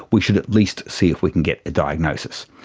we should at least see if we can get a diagnosis.